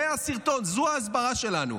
זה הסרטון, זאת ההסברה שלנו.